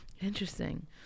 Interesting